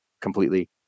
completely